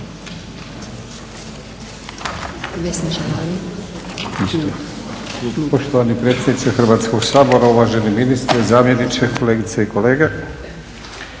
Poštovani predsjedniče Hrvatskoga sabora, uvaženi ministre, zamjeniče, kolegice i kolege.